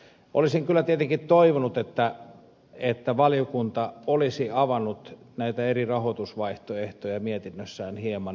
olisin kyllä tietenkin toivonut että valiokunta olisi avannut näitä eri rahoitusvaihtoehtoja mietinnössään hieman enemmän